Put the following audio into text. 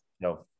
no